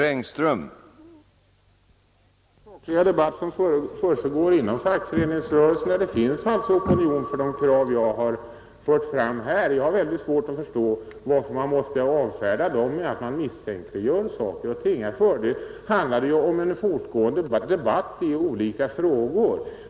Herr talman! I den sakliga debatt som försiggår inom fackföreningsrörelsen finns det opinion för de krav som jag har fört fram här, och jag har svårt att förstå varför dessa krav måste avfärdas med att vi misstänkliggör en sak. Här handlar det om en fortgående debatt i olika frågor.